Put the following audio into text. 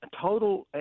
total